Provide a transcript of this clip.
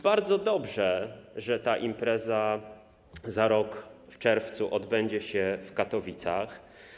Bardzo dobrze, że ta impreza za rok w czerwcu odbędzie się w Katowicach.